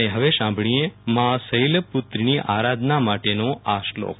અને હવે સાંભળીયે માં શૈલપુ ત્રીની આરાધના માટેનો આ શ્ર્લોક